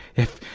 if,